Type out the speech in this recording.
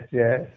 yes